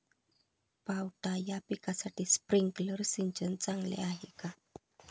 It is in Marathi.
पावटा या पिकासाठी स्प्रिंकलर सिंचन चांगले आहे का?